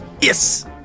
Yes